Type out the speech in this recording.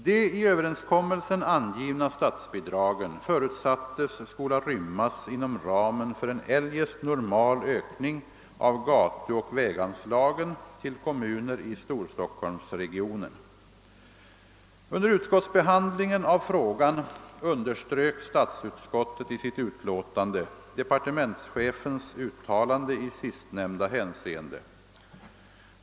De i överenskommelsen angivna statsbidragen förutsattes skola rymmas inom ramen för en eljest normal ökning av gatuoch väganslagen till kommuner i Storstockholmsregionen. Under utskottsbehandlingen av frågan underströk statsutskottet i sitt utlåtande departementschefens uttalande i sistnämnda hänseende.